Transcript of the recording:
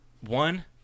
one